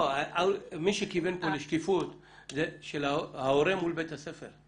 מי שכיוון פה לשקיפות זה של ההורה מול בית הספר.